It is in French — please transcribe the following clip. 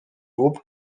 groupe